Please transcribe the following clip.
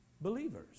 believers